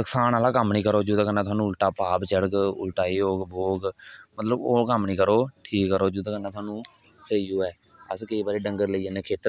नुक्सान आहला कम्म नेईं करो जेहदे कन्नै थुहानू उलटा पाप चढै़ उलटा ऐ होग बो होग मतलब ओह् कम्म नेईं करो ठीक करो जोहदे कन्नै स्हानू स्हेई होवे अस केंई बारी डंगर लेई जन्ने खेतर